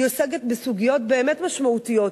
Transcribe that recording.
היא עוסקת בסוגיות באמת משמעותיות,